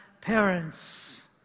parents